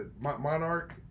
Monarch